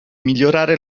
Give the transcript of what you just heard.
migliorare